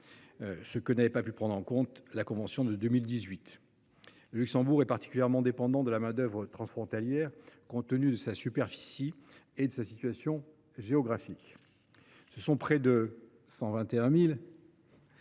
ne pouvait pas être pris en compte dans la convention de 2018. Le Luxembourg est particulièrement dépendant de la main d’œuvre transfrontalière, compte tenu de sa superficie et de sa situation géographique : près de 121 000